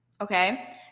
Okay